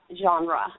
genre